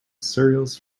cereals